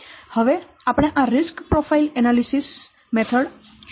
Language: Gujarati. તેથી હવે આપણે આ રિસ્ક પ્રોફાઇલ એનાલીસિસ પદ્ધતિ જોઈએ